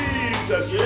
Jesus